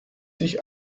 sich